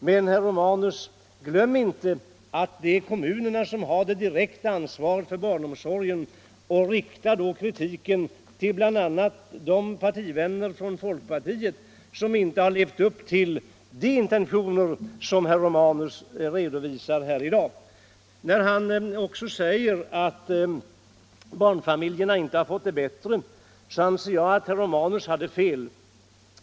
Men, herr Romanus, glöm inte att det är kommunerna som har det direkta ansvaret för barnomsorgen och rikta då kritiken bl.a. till partivännerna från folkpartiet, som inte har levt upp till de intentioner som herr Romanus redovisar här i dag. När herr Romanus framhåller att barnfamiljerna inte har fått det bättre, anser jag att herr Romanus har fel.